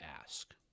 ask